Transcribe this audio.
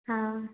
हा